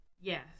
Yes